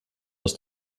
aus